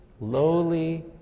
lowly